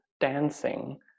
dancing